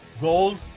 gold